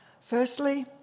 Firstly